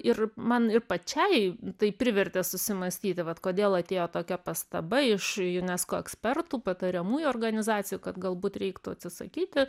ir man ir pačiai tai privertė susimąstyti vat kodėl atėjo tokia pastaba iš unesco ekspertų patariamųjų organizacijų kad galbūt reiktų atsisakyti